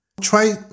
Try